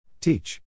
Teach